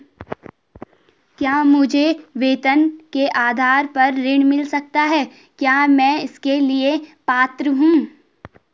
क्या मुझे वेतन के आधार पर ऋण मिल सकता है क्या मैं इसके लिए पात्र हूँ?